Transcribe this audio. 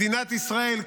מדינת ישראל,